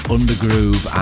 Undergroove